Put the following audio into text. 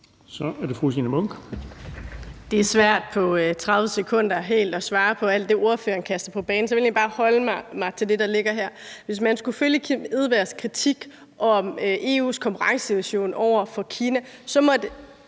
Signe Munk (SF): Det er svært på 30 sekunder helt at svare på alt det, som ordføreren kaster på banen, så jeg vil egentlig bare holde mig til det, der ligger her. Hvis man skulle følge Kim Edberg Andersens kritik om EU's konkurrencesituation over for Kina, så måtte